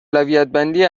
اولویتبندی